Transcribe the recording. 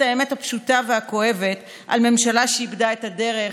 האמת הפשוטה והכואבת על ממשלה שאיבדה את הדרך,